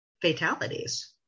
fatalities